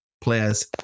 players